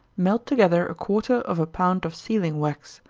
melt together a quarter of a pound of sealing-wax,